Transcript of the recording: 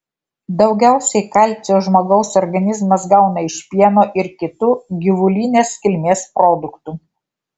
daugiausiai kalcio žmogaus organizmas gauna iš pieno ir kitų gyvulinės kilmės produktų